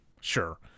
Sure